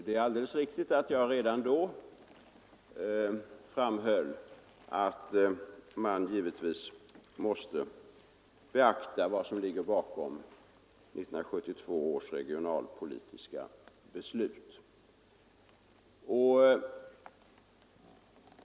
Det är helt riktigt att jag redan då framhöll att man givetvis måste beakta vad som ligger bakom 1972 års regionalpolitiska beslut.